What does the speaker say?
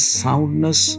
soundness